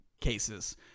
cases